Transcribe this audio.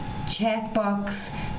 checkbox